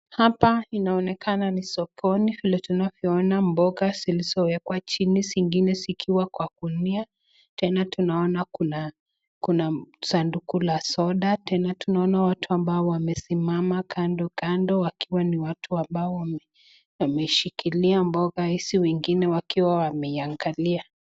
Hapa inaonekana ni sokoni, vile tunavyoona mboga zilizowekwa chini zingine zikiwa kwa gunia. Tena tunaona kuna sanduku la soda, tena tunaona watu ambao wamesimama kando kando wakiwa ni watu ambao wameshikilia mboga hizi wengine wakiwa wameiangalia.